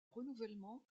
renouvellement